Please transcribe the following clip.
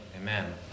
amen